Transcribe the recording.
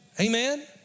Amen